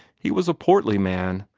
he was a portly man,